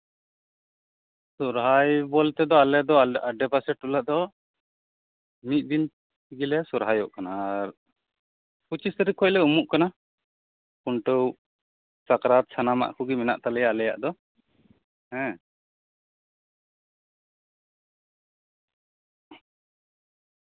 ᱥᱚᱨᱦᱟᱭ ᱵᱚᱞᱛᱮ ᱟᱞᱮ ᱫᱚ ᱟᱰᱮᱯᱟᱥᱮ ᱴᱚᱞᱟ ᱫᱚ ᱢᱤᱫ ᱫᱤᱱ ᱛᱮᱜᱮ ᱞᱮ ᱥᱚᱨᱦᱟᱭᱚᱜ ᱠᱟᱱᱟ ᱟᱨ ᱯᱚᱸᱪᱤᱥ ᱛᱟᱨᱤᱠ ᱠᱷᱚᱡ ᱞᱮ ᱩᱢᱚᱜ ᱠᱟᱱᱟ ᱠᱷᱩᱱᱴᱟᱹᱣ ᱥᱟᱠᱨᱟᱛ ᱥᱟᱱᱟᱢᱟᱜ ᱠᱚᱜᱮ ᱢᱮᱱᱟᱜ ᱛᱟᱞᱮᱭᱟ ᱟᱞᱮᱭᱟᱜ ᱫᱚ ᱦᱮᱸ